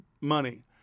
money